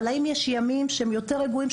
אבל האם יש ימים שהם יותר רגועים,